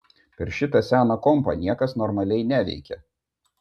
per šitą seną kompą niekas normaliai neveikia